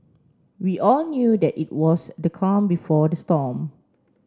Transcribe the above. we all knew that it was the calm before the storm